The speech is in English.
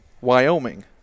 Wyoming